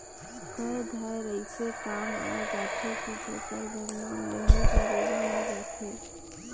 कए धाएर अइसे काम आए जाथे कि जेकर बर लोन लेहई जरूरी होए जाथे